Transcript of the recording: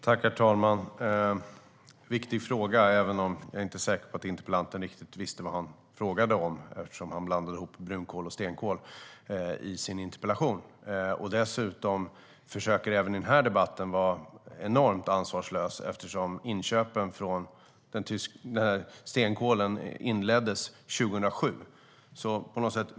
Herr talman! Det är en viktig fråga, även om jag inte är säker på att interpellanten visste vad han frågade om eftersom han blandar ihop brunkol och stenkol i sin interpellation. Dessutom försöker han i denna debatt undkomma ansvar eftersom stenkolsinköpen inleddes 2007.